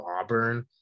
Auburn